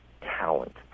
talent